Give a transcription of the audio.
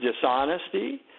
dishonesty